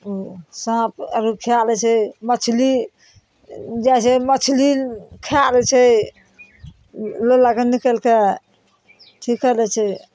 ओ साँप आरो खाइ लै छै मछली जाइ छै मछली खाइ लै छै लोलाके निकालिके अथी कऽ लै छै